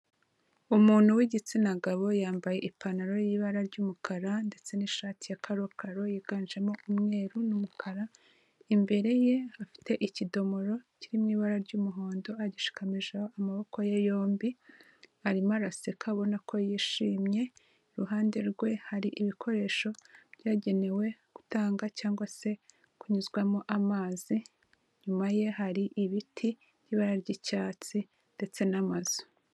Umuntu w'igitsina gabo yambaye ipantaro y'ibara ry'umukara ndetse n'ishati ya karokaro yiganjemo umweru n'umukara, imbere ye afite ikidomoro kiri mu ibara ry'umuhondo agishikamijeho amaboko ye yombi, arimo araseka ubona ko yishimye, iruhande rwe hari ibikoresho byagenewe gutanga cyangwa se kunyuzwamo amazi, inyuma ye hari ibiti by'ibara ry'icyatsi ndetse n'amazu.